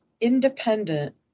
independent